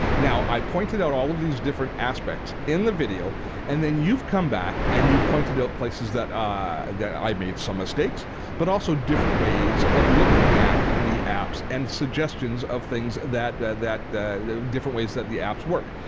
now i pointed out all of these different aspects in the video and then you've come back and you've pointed out places that i that i made some mistakes but also different ways of looking at the apps and suggestions of things that that the the different ways that the apps work.